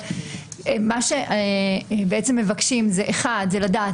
מה שמבקשים זה לדעת